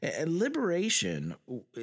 Liberation